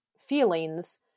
feelings